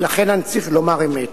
ולכן אני צריך לומר אמת.